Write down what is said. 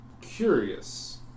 curious